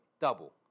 double